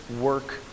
work